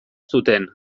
zuten